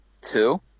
Two